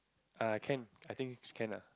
uh can I think can ah